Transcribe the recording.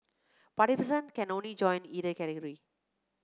participants can only join either category